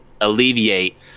alleviate